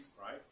right